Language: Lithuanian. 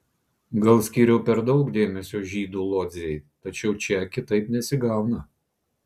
gal skyriau kiek per daug dėmesio žydų lodzei tačiau čia kitaip nesigauna